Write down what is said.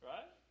Right